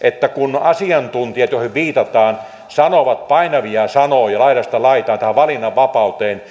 että kun asiantuntijat joihin viitataan sanovat painavia sanoja laidasta laitaan tähän valinnanvapauteen